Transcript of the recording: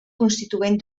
constituent